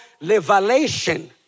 revelation